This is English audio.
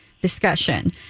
discussion